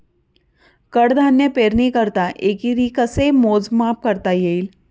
कडधान्य पेरणीकरिता एकरी कसे मोजमाप करता येईल?